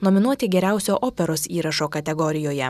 nominuoti geriausio operos įrašo kategorijoje